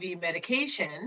medication